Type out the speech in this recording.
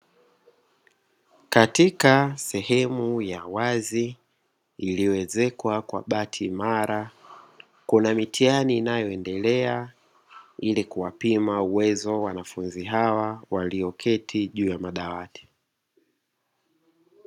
Katika sehemu ya wazi iliyo ezekwa kwa bati imara, kuna mitihani inayo endelea ili kuwapima uwezo wanafunzi hawa, walio keti juu ya madawati.